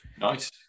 nice